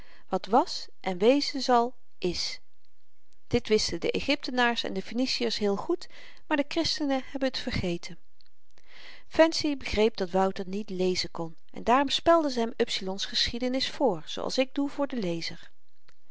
wat was en wezen zal is dit wisten de egyptenaars en de feniciërs heel goed maar de christenen hebben t vergeten fancy begreep dat wouter niet lezen kon en daarom spelde ze hem upsilon's geschiedenis vr zooals ik doe voor den lezer